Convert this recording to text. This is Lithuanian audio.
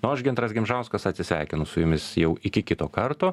o aš gintaras gimžauskas atsisveikinu su jumis jau iki kito karto